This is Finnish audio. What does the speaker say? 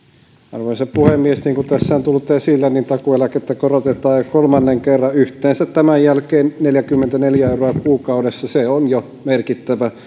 arvoisa puhemies niin kuin tässä on tullut esille takuueläkettä korotetaan jo kolmannen kerran tämän jälkeen yhteensä neljäkymmentäneljä euroa kuukaudessa se on jo merkittävä